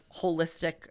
holistic